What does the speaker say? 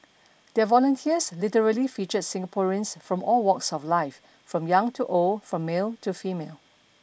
their volunteers literally featured Singaporeans from all walks of life from young to old from male to female